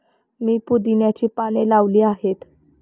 मी पुदिन्याची पाने लावली आहेत